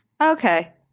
Okay